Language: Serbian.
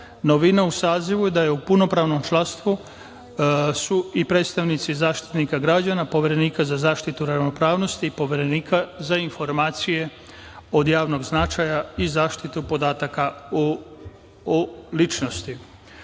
Saveta. Novina u sazivu je da si u punopravnom članstvu i predstavnici Zaštitnika građana, Poverenika za zaštitu ravnopravnosti, Poverenika za informacije od javnog značaja i zaštitu podataka o ličnosti.U